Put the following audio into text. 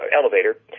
elevator